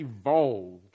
evolved